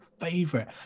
favorite